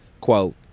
Quote